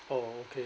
oh okay